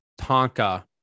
Tonka